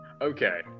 Okay